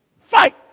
Fight